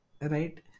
right